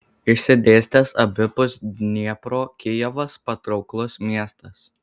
išsidėstęs abipus dniepro kijevas patrauklus miestas